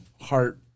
heart